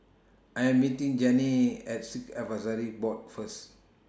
I Am meeting Janey At Sikh Advisory Board First